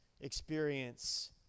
experience